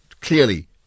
clearly